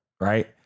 right